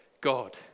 God